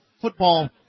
football